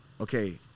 Okay